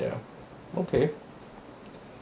ya okay